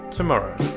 tomorrow